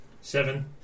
Seven